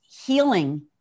healing